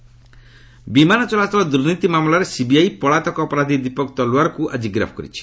CBI Talwar ବିମାନ ଚଳାଚଳ ଦୁର୍ନୀତି ମାମଲାରେ ସିବିଆଇ ପଳାତକ ଅପରାଧୀ ଦୀପକ ତଲୱାରକୁ ଆଜି ଗିରଫ୍ କରିଛି